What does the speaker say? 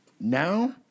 now